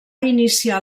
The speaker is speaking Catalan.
iniciar